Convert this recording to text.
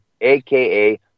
aka